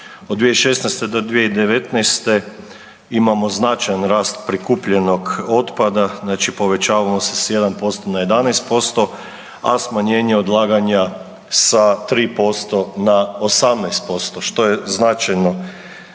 od 2016.-2019. imamo značajan rast prikupljenog otpada, povećava se s 1% na 11%, a smanjenje odlaganja sa 3% na 18% što je značajno